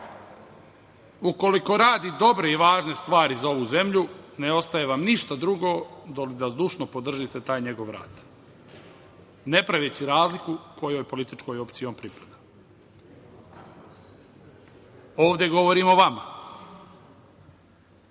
ukoliko radi dobre i važne stvari za ovu zemlju, ne ostaje vam ništa drugo do da zdušno podržite taj njegov rad, ne praveći razliku kojoj političkoj opciji on pripada. Ovde govorim o vama. Tim